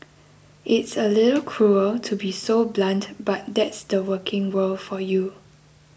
it's a little cruel to be so blunt but that's the working world for you